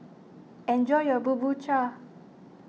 enjoy your Bubur Cha